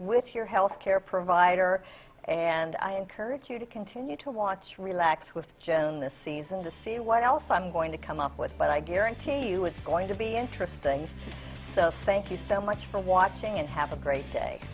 with your health care provider and i encourage you to continue to watch relax with joan this season to see what else i'm going to come up with but i guarantee you it's going to be interesting so thank you so much for watching and have a great day